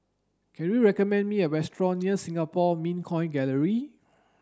can you recommend me a restaurant near Singapore Mint Coin Gallery